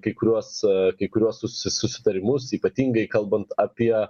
kai kuriuos kai kuriuos susi susitarimus ypatingai kalbant apie